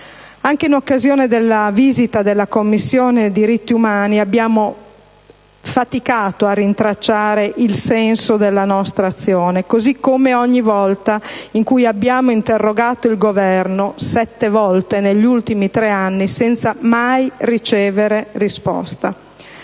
Anche in occasione della visita della Commissione diritti umani abbiamo faticato a rintracciare il senso della nostra azione, così come ogni volta in cui abbiamo interrogato il Governo (sette volte negli ultimi tre anni), senza mai ricevere risposta.